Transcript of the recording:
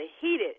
heated